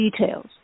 details